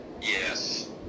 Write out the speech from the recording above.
Yes